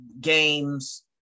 games